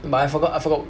but I forgot I forgot